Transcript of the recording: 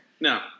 No